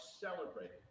celebrated